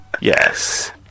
Yes